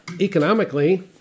economically